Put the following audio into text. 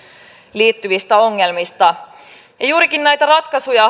liittyvistä ongelmista juurikin näitä ratkaisuja